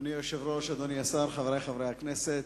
אדוני היושב-ראש, אדוני השר, חברי חברי הכנסת,